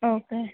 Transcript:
okay